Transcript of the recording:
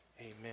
Amen